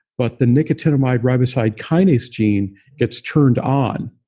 but the nicotinamide riboside kinase gene gets turned on.